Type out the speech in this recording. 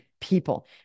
people